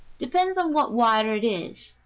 depends on what water it is,